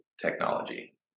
technology